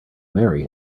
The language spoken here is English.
marry